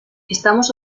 estamos